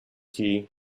key